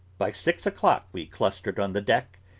by six o'clock we clustered on the deck,